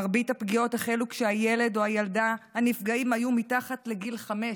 מרבית הפגיעות החלו כשהילד או הילדה הנפגעים היו מתחת לגיל חמש,